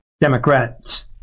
Democrats